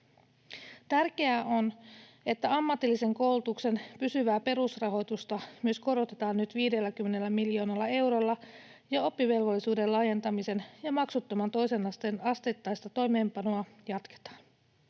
Tärkeää on, että ammatillisen koulutuksen pysyvää perusrahoitusta myös korotetaan nyt 50 miljoonalla eurolla ja oppivelvollisuuden laajentamisen ja maksuttoman toisen asteen asteittaista toimeenpanoa jatketaan.